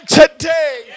today